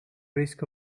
risk